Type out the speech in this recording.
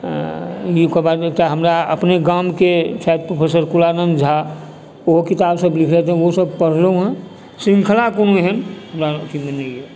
हुनका बादमे हमरा एकटा अपने गाँवके प्रोफेसर छथि कुलानन्द झा ओहो किताब सब पढ़लहुँ हँ शृङ्खला कोनो एहन अथीमे नहिए